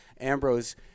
Ambrose